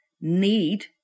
need